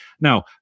Now